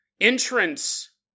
entrance